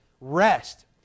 rest